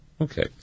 Okay